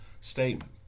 statement